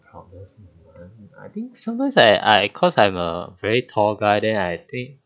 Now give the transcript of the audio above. partners I think sometimes I I cause I am a very tall guy then I think